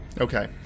Okay